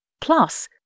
Plus